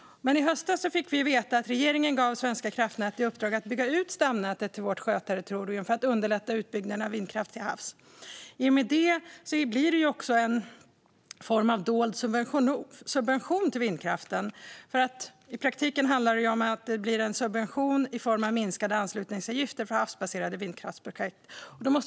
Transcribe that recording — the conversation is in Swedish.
I höstas fick vi veta att regeringen gav Svenska kraftnät i uppdrag att bygga ut stamnätet till vårt sjöterritorium för att underlätta utbyggnaden av vindkraft till havs. I och med detta blir det en form av dold subvention till vindkraften, för i praktiken handlar det om en typ av subvention i form av minskade anslutningsavgifter för havsbaserade vindkraftsprojekt.